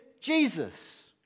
Jesus